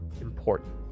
important